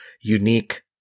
unique